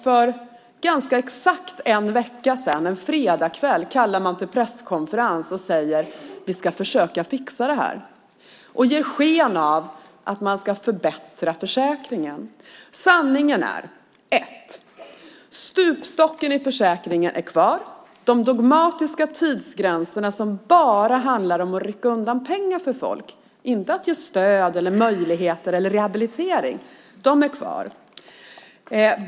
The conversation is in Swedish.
För ganska exakt en vecka sedan, en fredagskväll, kallade man till presskonferens och sade: Vi ska försöka fixa det här. Man ger sken av att man ska förbättra försäkringen. Sanningen är att stupstocken i försäkringen är kvar. De dogmatiska tidsgränserna som bara handlar om att rycka undan pengar för folk, inte om att ge stöd, möjligheter eller rehabilitering, är kvar.